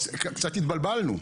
קצת התבלבלנו.